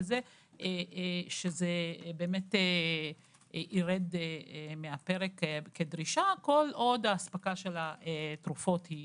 שזה ירד מהפרק כדרישה כל עוד האספקה של התרופות היא